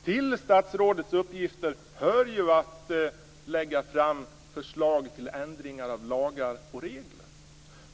Till statsrådets uppgifter hör ju att lägga fram förslag om ändringar av lagar och regler.